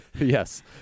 yes